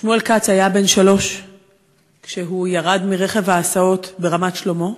שמואל כץ היה בן שלוש כשהוא ירד מרכב ההסעות ברמת-שלמה.